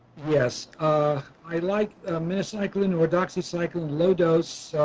yes i like ah minocycline or doxycycline low-dose.